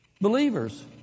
Believers